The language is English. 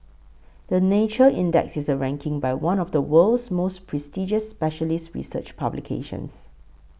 the Nature Index is a ranking by one of the world's most prestigious specialist research publications